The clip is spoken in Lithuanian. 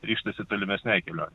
ryžtasi tolimesnei kelionei